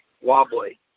wobbly